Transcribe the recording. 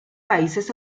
países